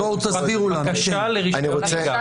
רק בקשה לרישיון נהיגה.